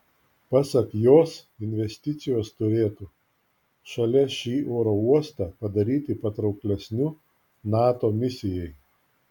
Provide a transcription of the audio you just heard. pasak jos investicijos turėtų šalia šį oro uostą padaryti patrauklesniu nato misijai